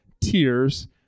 tears